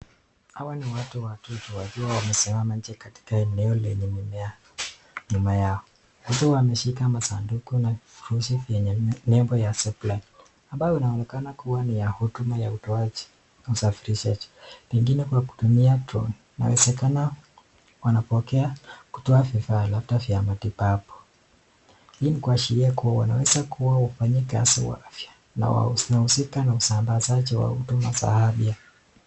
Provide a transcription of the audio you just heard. Hawa ni watu watatu wakiwa wamesimama nje katika eneo lenye mimea nyuma yao. Watu wameshika masanduku na vifurushi yenye nembo ya Zipline ambayo inaonekana kuwa ni ya huduma ya utoaji na usafirishaji. Pengine kwa kutumia drone. Inawezekana wanapokea kutoa vifaa labda vya matibabu. Hii ni kuashiria kuwa wanaweza kuwa wafanya kazi wa afya na wahusika na usambazaji wa huduma za afya.